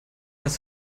was